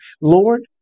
Lord